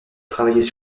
travaillait